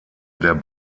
der